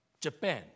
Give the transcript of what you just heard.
Japan